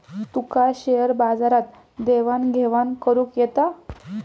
तुका share बाजारात देवाण घेवाण करुक येता?